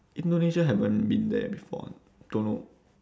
indonesia haven't been there before don't know